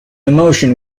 emotion